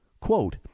Quote